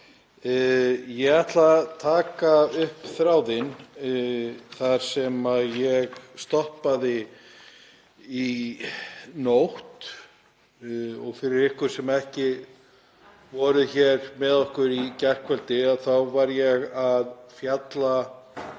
Ég ætla að taka upp þráðinn þar sem ég stoppaði í nótt. Fyrir ykkur sem ekki voruð með okkur í gærkvöldi var ég að fjalla